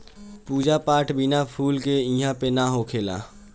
पूजा पाठ बिना फूल के इहां पे ना होखेला